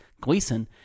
gleason